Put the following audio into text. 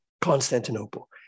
Constantinople